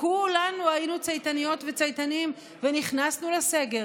כולנו היו צייתניות וצייתנים ונכנסו לסגר